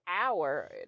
hour